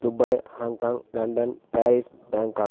Dubai Hong Kong London Paris Bangkok